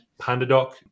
PandaDoc